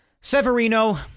Severino